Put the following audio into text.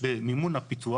במימון הפיתוח.